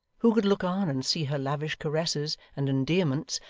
who could look on and see her lavish caresses and endearments,